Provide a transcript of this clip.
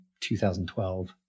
2012